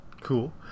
Cool